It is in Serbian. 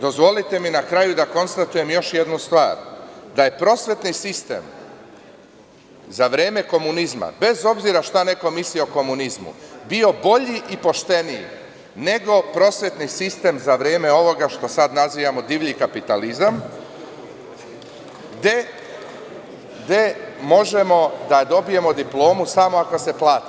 Dozvolite mi na kraju da konstatujem još jednu stvar, da je prosvetni sistem za vreme komunizma, bez obzira šta neko mislio o komunizmu, bio bolji i pošteniji nego prosvetni sistem za vreme ovoga što sada nazivamo „divlji kapitalizam“, gde možemo da dobijemo diplomu samo ako se plati.